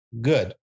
Good